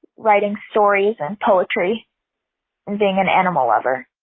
writing stories and poetry and being an animal lover